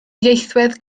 ieithwedd